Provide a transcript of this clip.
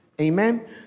Amen